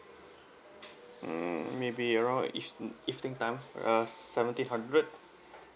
mm maybe around eve~ evening time uh seventy hundred